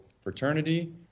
fraternity